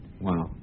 Wow